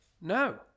no